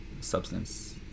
substance